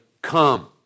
Come